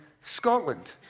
Scotland